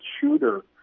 shooter